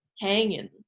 hanging